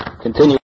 Continue